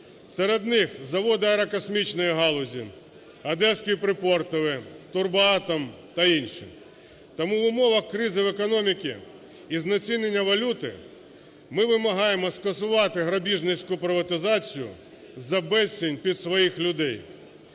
Серед них заводи аерокосмічної галузі, "Одеський припортовий", "Турбоатом" та інші. Тому в умовах кризи в економіці і знецінення валюти, ми вимагаємо скасувати грабіжницьку приватизацію за безцінь під своїх людей.